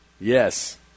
Yes